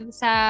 sa